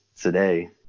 today